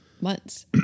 months